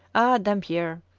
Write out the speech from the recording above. dampier,